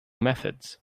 methods